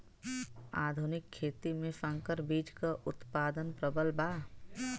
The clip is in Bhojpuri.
आधुनिक खेती में संकर बीज क उतपादन प्रबल बा